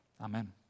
Amen